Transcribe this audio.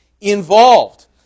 involved